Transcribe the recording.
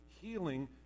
healing